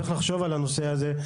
צריך לחשוב על הנושא הזה,